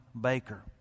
Baker